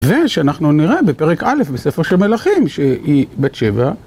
ושאנחנו נראה בפרק א' בספר של מלכים שהיא בת שבע.